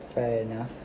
fair enough